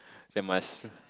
then must